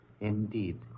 Indeed